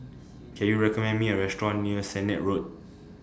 Can YOU recommend Me A Restaurant near Sennett Road